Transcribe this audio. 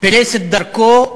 פילס את דרכו.